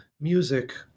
music